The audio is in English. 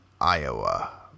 Iowa